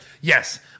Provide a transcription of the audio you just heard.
Yes